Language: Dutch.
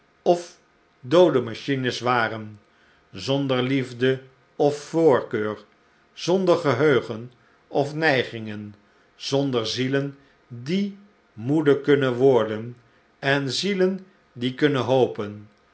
ofdoode machines waren zonder liefde of voorkeur zonder geheugen of neigingen zonder zielen die moede kunnen worden en zielen die kunnen hopen